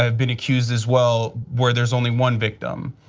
um been accused as well where there is only one victim.